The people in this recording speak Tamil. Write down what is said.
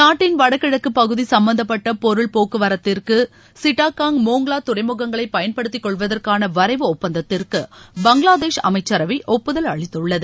நாட்டின் வடகிழக்கு பகுதி சும்மந்தப்பட்ட பொருள் போக்குவரத்திற்கு சிட்டகாங் மோங்ளா துறைமுகங்களை பயன்படுத்திக் கொள்வதற்கான வரைவு ஒப்பந்தத்திற்கு பங்களாதேஷ் அமைச்சரவை ஒப்புதல் அளித்துள்ளது